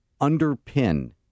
underpin